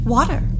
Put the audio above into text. Water